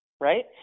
Right